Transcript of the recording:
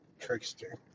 trickster